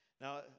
Now